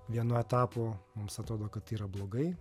vienu etapu mums atrodo kad tai yra blogai